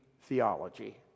theology